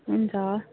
हुन्छ